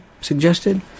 suggested